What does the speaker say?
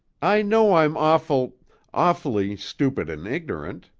i know i'm awful awfully stupid and ignorant.